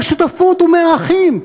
מהשותפות ומהאחים.